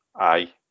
aye